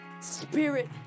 spirit